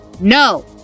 No